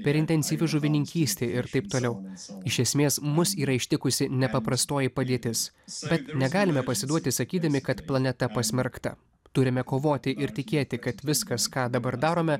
per intensyvi žuvininkystė ir taip toliau iš esmės mus yra ištikusi nepaprastoji padėtis bet negalime pasiduoti sakydami kad planeta pasmerkta turime kovoti ir tikėti kad viskas ką dabar darome